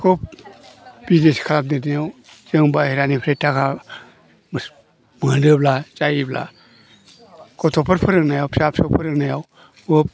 खब बिजनेस खालामदेरनायाव जों बाहेरानिफ्राय थाखा मोनोब्ला जायोब्ला गथ'फोर फोरोंनायाव फिसा फिसौ फोरोंनायाव खब